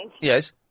Yes